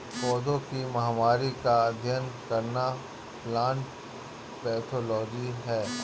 पौधों की महामारी का अध्ययन करना प्लांट पैथोलॉजी है